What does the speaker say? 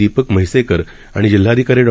दीपकम्हैसेकरआणिजिल्हाधिकारीडॉ